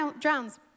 drowns